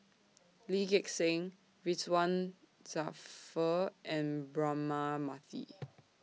Lee Gek Seng Ridzwan Dzafir and Braema Mathi